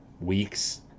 weeks